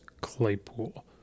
Claypool